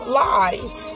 lies